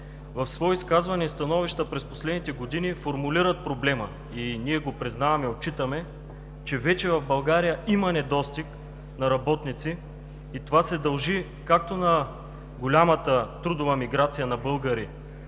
в свои изказвания и становища през последните години формулират проблема. Ние признаваме и отчитаме, че вече в България има недостиг на работници и това се дължи както на голямата трудова миграция на българи